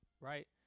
Right